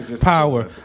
Power